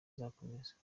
izakomeza